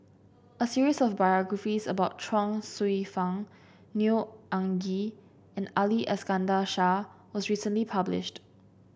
a series of biographies about Chuang Hsueh Fang Neo Anngee and Ali Iskandar Shah was recently published